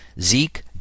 Zeke